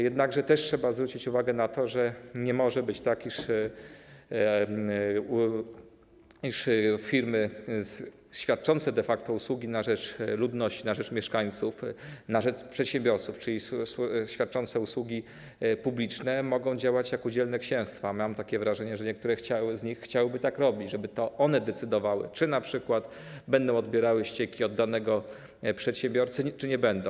Jednakże też trzeba zwrócić uwagę na to, że nie może być tak, iż firmy świadczące de facto usługi na rzecz ludności, na rzecz mieszkańców, na rzecz przedsiębiorców, czyli świadczące usługi publiczne, mogą działać jak udzielne księstwa, a mam takie wrażenie, że niektóre z nich chciałyby tak robić, żeby to one decydowały, czy np. będą odbierały ścieki od danego przedsiębiorcy, czy nie będą.